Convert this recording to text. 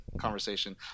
conversation